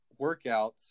workouts